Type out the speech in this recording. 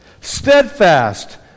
steadfast